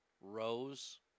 Rose